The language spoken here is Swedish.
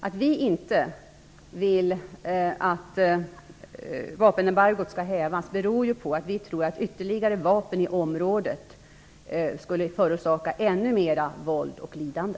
Att vi inte vill att vapenembargot skall hävas beror på att vi tror att ytterligare vapen i området skulle förorsaka ännu mera våld och lidande.